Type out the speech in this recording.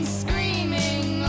screaming